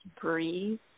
breathe